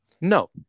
No